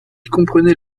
comprenait